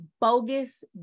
bogus